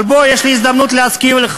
ממש לא.